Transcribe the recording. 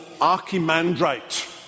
Archimandrite